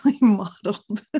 modeled